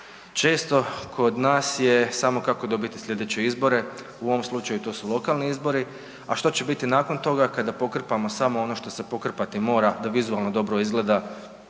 često kod nas je samo kako dobiti slijedeće izbore, u ovom slučaju to su lokalni izbori, a što će biti nakon toga kada pokrpamo samo ono što se pokrpati mora da vizualno dobro izgleda,